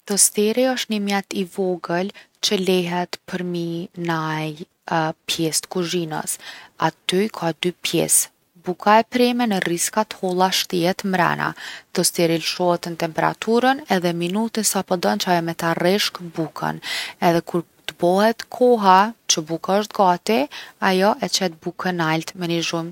Tosteri osht ni mjet i vogël që lehet përmi naj pjesë t’kuzhinës. Aty i ka dy pjesë. Buka e preme n’rriska t’holla shtihet mrena. Tosteri lshohet n’temperaturën edhe minutën sa po don që ajo me ta rreshk bukën edhe kur t’bohet koha që buka osht gati, ajo e qet bukën nalt me ni zhurmë.